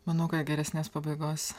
manau kad geresnės pabaigos